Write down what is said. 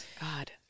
God